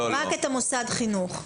רק "הלומד במוסד חינוך".